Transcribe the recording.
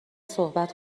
صحبت